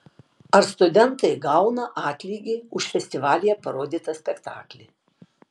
ar studentai gauna atlygį už festivalyje parodytą spektaklį